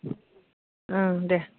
ओं दे